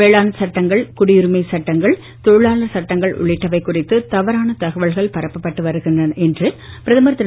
வேளாண் சட்டங்கள் குடியுரிமைச் சட்டங்கள் தொழிலாளர் சட்டங்கள் உள்ளிட்டவை குறித்து தவறான தகவல்கள் பரப்பப்பட்டு வருகின்றன என்று பிரதமர் திரு